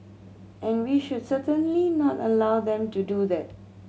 and we should certainly not allow them to do that